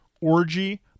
Orgy